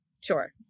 Sure